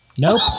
Nope